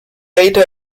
data